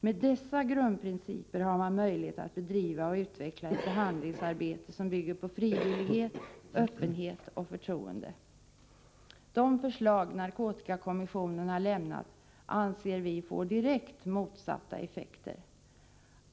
Med dessa grundprinciper har man möjlighet att bedriva och utveckla ett behandlingsarbete som bygger på frivillighet, öppenhet och förtroende. De förslag narkotikakommissionen har lämnat anser vi får direkt motsatta effekter.